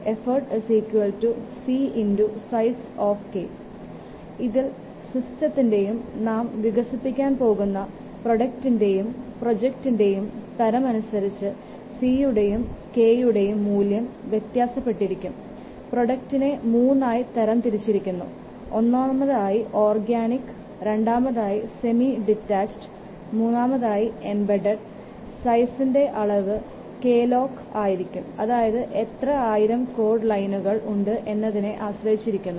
effort c sizek ഇതിൽ സിസ്റ്റത്തിന്റെയും നാം വികസിപ്പിക്കാൻ പോകുന്ന പ്രോഡക്റ്റിന്റെയും പ്രൊജക്റ്റിന്റെയും തരം അനുസരിച്ച് സിയുടെയും കെയുടെയും മൂല്യം വ്യത്യാസപ്പെട്ടിരിക്കും പ്രോഡക്റ്റിനെ മൂന്നായി തരംതിരിച്ചിരിക്കുന്നു ഒന്നാമതായി ഓർഗാനിക് രണ്ടാമതായി സെമി ഡിറ്റാച്ചഡ് മൂന്നാമതായി എംബഡഡ് സൈസിൻറെ അളവ് KLOC ആയിരിക്കും അതായത് എത്ര ആയിരം കോഡ് ലൈനുകൾ ഉണ്ട് എന്നതിനെ ആശ്രയിച്ചിരിക്കുന്നു